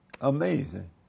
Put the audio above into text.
Amazing